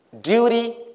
duty